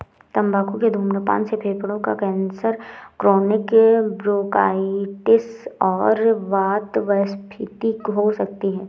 तंबाकू के धूम्रपान से फेफड़ों का कैंसर, क्रोनिक ब्रोंकाइटिस और वातस्फीति हो सकती है